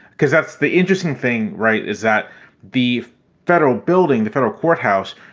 because that's the interesting thing, right, is that the federal building, the federal courthouse,